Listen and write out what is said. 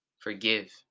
forgive